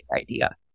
idea